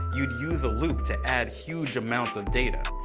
you'd use a loop to add huge amounts of data.